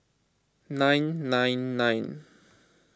nine nine nine